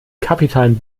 kapitalen